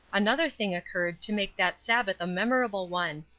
another thing occurred to make that sabbath a memorable one.